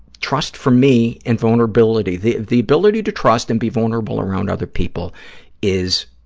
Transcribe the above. trust for me, and vulnerability, the the ability to trust and be vulnerable around other people is,